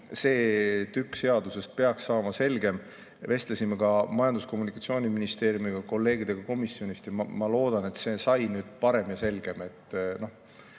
see tükk seadustest peaks saama selgemaks. Vestlesime ka Majandus‑ ja Kommunikatsiooniministeeriumiga ning kolleegidega komisjonist ja ma loodan, et see sai nüüd parem ja selgem.